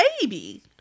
baby